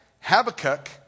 Habakkuk